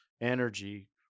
energy